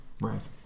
Right